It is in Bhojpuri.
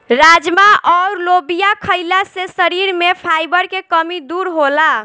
राजमा अउर लोबिया खईला से शरीर में फाइबर के कमी दूर होला